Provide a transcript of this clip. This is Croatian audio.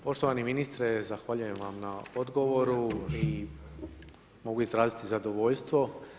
Poštovani ministre, zahvaljujem vam na odgovoru i mogu izraziti zadovoljstvo.